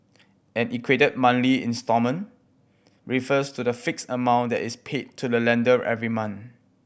an equated monthly instalment refers to the fixed amount that is paid to the lender every month